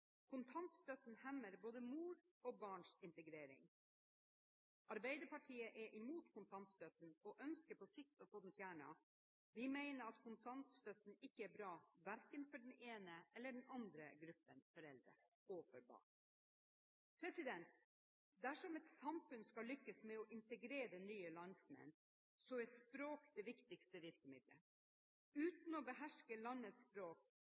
Kontantstøtten hemmer både mors og barns integrering. Arbeiderpartiet er imot kontantstøtten og ønsker på sikt å få den fjernet. Vi mener at kontantstøtten ikke er bra, verken for den ene eller den andre gruppen foreldre eller for barn. Dersom et samfunn skal lykkes med å integrere nye landsmenn, er språk det viktigste virkemiddelet. Uten å beherske landets språk